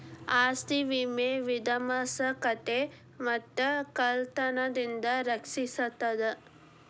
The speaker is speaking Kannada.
ಆಸ್ತಿ ವಿಮೆ ವಿಧ್ವಂಸಕತೆ ಮತ್ತ ಕಳ್ತನದಿಂದ ರಕ್ಷಿಸ್ತದ